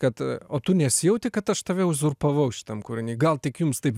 kad o tu nesijauti kad aš tave uzurpavau šitam kūriny gal tik jums taip